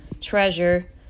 Treasure